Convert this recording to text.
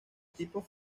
tipos